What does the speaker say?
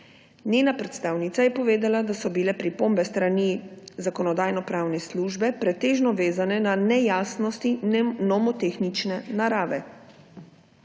Njena predstavnica je povedala, da so bile pripombe s strani Zakonodajno-pravne službe pretežno vezane na nejasnosti nomotehnične narave.